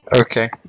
Okay